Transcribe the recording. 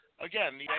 Again